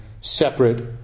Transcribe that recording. separate